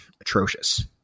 atrocious